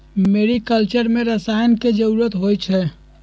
mariculture में रसायन के जरूरत होई छई